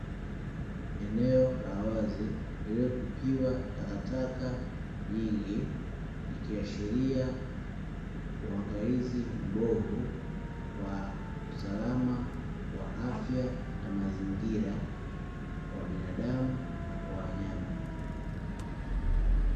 Eneo la wazi lililotupiwa takataka nyingi, ikiashiria uangalizi mbovu wa usalama wa afya na mazingira kwa binadamu na kwa wanyama.